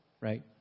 right